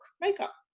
Makeup